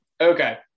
Okay